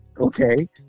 okay